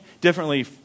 differently